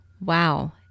Wow